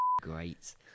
great